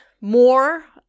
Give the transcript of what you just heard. more